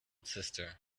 sister